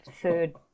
food